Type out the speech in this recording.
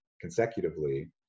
consecutively